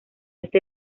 este